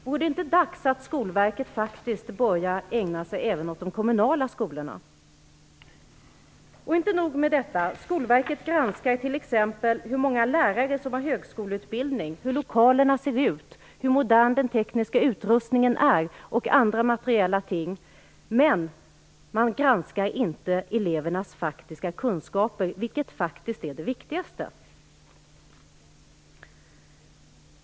Är det inte dags att Skolverket faktiskt börjar ägna sig även åt de kommunala skolorna? Inte nog med detta. Skolverket granskar t.ex. hur många lärare som har högskoleutbildning, hur lokalerna ser ut, hur modern den tekniska utrustningen är och andra materiella ting. Men man granskar inte elevernas faktiska kunskaper, vilket faktiskt är det viktigaste.